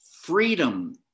freedom